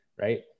right